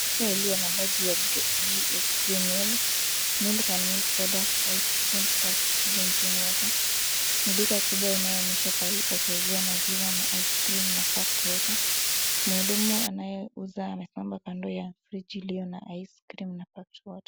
Duka iliyo na baji ya GSP MILk Milk and milk products ice cream packaged drinking water . Ni duka kubwa inayoonyesha pahali pa kuzia maziwa na ice cream na packed water mhudumu anayeuza anasimama karibu na friji iliyo na ice cream na packed water .